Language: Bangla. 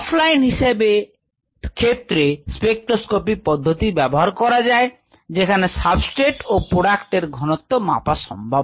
অফলাইন হিসাবের ক্ষেত্রে স্পেকট্রোস্কপি পদ্ধতি ব্যবহার করা যায় যেখানে সাবস্ট্রেট ও প্রোডাক্ট এর ঘনত্ব মাপা সম্ভব